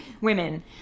women